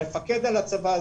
לפקד על הצבא,